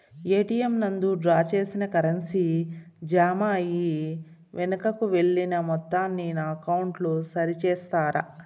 ATM నందు draw చేసిన currency jam అయి వెనుకకు వెళ్లిన మొత్తాన్ని నా అకౌంట్ లో సరి చేస్తారా?